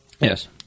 Yes